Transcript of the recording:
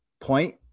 point